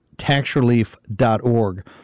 TaxRelief.org